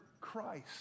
Christ